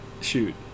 Shoot